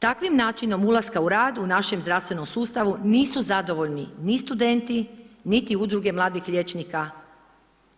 Takvim načinom ulaska u rad u našem zdravstvenom sustavu, nisu zadovoljni ni studenti niti udruge mladih liječnika